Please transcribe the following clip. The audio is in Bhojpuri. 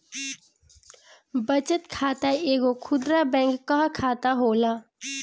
बचत खाता एगो खुदरा बैंक कअ खाता होला